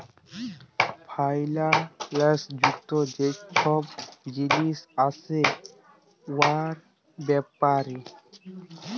ফাইল্যাল্স যুক্ত যে ছব জিলিস গুলা আছে উয়ার ব্যাপারে